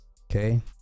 okay